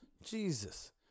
Jesus